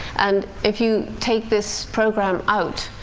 and if you take this program out,